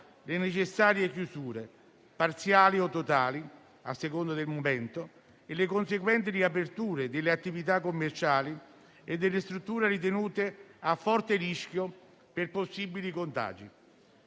le necessarie chiusure, parziali o totali a seconda del momento, e le conseguenti riaperture delle attività commerciali e delle strutture ritenute a forte rischio per possibili contagi